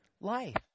life